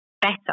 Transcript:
better